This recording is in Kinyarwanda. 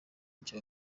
icyo